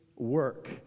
Work